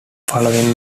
following